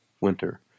winter